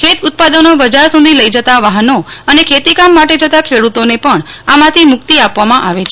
ખેત ઉત્પાદનો બજાર સુધી લઇ જતા વાહનો અને ખેતી કામ માટે જતાં ખેડૂતોને પણ આમાંથી મુકિત આપવામાં આવે છે